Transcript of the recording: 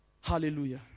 Hallelujah